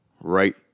right